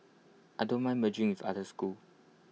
I don't mind merging with other schools